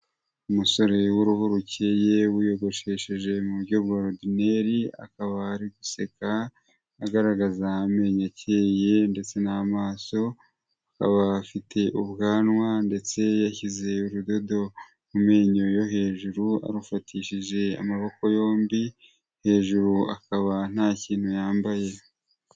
Umusore waruhu rukeye wiyogoshesheje mu buryo bwa orodineri, akaba ari guseka agaragaza amenyo akeye ndetse n'amaso, akaba afite ubwanwa ndetse yashyize urudodo mu menyo yo hejuru arufatishije amaboko yombi, hejuru akaba nta kintu yambaye.